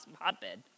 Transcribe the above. hotbed